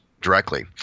directly